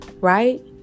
right